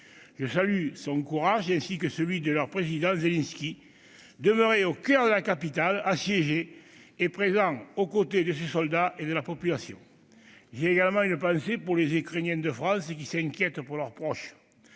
Je salue son courage, ainsi que celui du président Zelensky, demeuré au coeur de la capitale assiégée et présent aux côtés de ses soldats et de la population. J'ai également une pensée pour les Ukrainiens de France, qui s'inquiètent pour leurs proches.